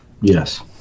Yes